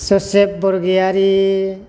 Joseph Borgoyary